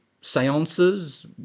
seances